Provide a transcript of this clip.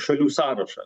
šalių sąrašą